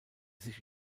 sich